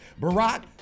barack